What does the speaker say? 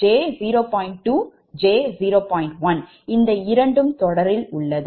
1இந்த இரண்டும் தொடரில் உள்ளன